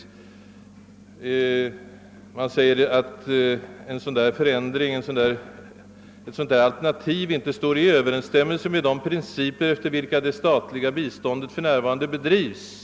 I utredningen anförs att det tjänstgöringsalternativ vi begärt inte står i överensstämmelser med de principer, efter vilka det statliga u-landsbiståndet för närvarande bedrivs.